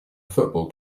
football